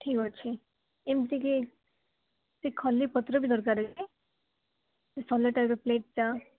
ଠିକ୍ ଅଛି ଏମତିକି ଖଲିପତ୍ର ବି ଦରକାର କି ସେ ସୋଲ ଟାଇପ୍ର ପ୍ଳେଟ୍ଟା